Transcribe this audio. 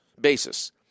basis